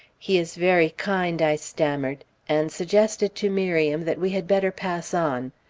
he is very kind, i stammered, and suggested to miriam that we had better pass on.